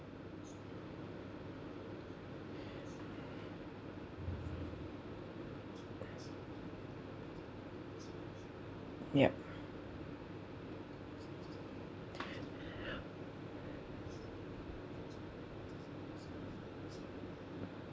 yup